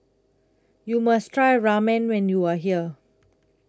YOU must Try Ramen when YOU Are here